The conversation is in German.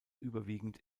überwiegend